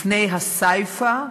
לפני ה"סייפא",